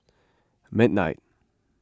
midnight